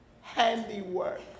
handiwork